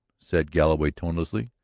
said galloway tonelessly.